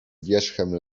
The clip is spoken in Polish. wierzchem